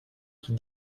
qui